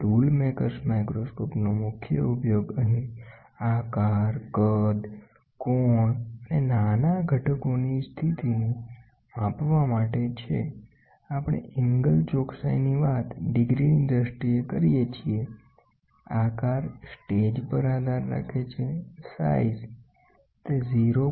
tool makers માઈક્રોસ્કોપનો મુખ્ય ઉપયોગ અહીં આકાર કદ કોણ અને નાના ઘટકોની સ્થિતિને માપવા માટે છે આપણે એંગલ ચોકસાઈની વાત ડિગ્રીની દ્રષ્ટિએ કરીએ છીએ આકાર સ્ટેજ પર આધાર રાખે છે સાઈઝ તે 0